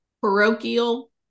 Parochial